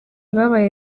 babaye